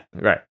right